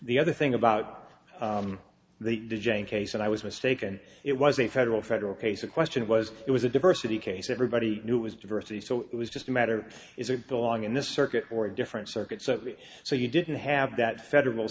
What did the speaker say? the other thing about the case and i was mistaken it was a federal federal case the question was it was a diversity case everybody knew it was diversity so it was just a matter is it belong in this circuit or different circuits so you didn't have that federal